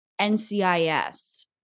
NCIS